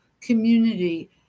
community